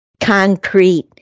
concrete